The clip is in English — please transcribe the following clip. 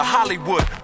Hollywood